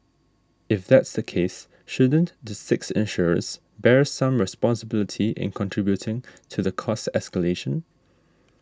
if that's the case shouldn't the six insurers bear some responsibility in contributing to the cost escalation